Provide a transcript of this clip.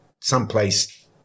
someplace